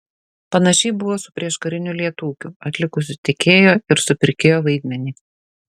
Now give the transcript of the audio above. panašiai buvo su prieškariniu lietūkiu atlikusiu tiekėjo ir supirkėjo vaidmenį